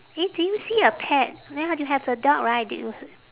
eh do you see a pet then you have the dog right did you